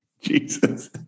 Jesus